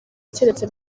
keretse